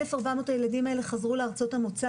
1,400 הילדים האלה חזרו לארצות המוצא